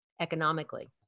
economically